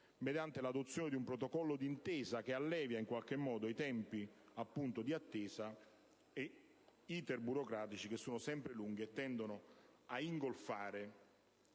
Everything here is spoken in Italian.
mediante l'adozione di un protocollo d'intesa che riduca in qualche modo i tempi di attesa e gli *iter* burocratici, che sono sempre lunghi e tendenti ad ingolfare